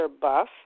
buff